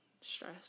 stress